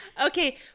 Okay